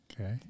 Okay